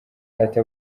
ati